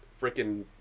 freaking